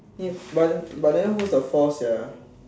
but but then who's the fourth sia